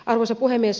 arvoisa puhemies